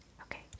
Okay